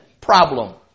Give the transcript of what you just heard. problem